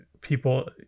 people